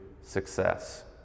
success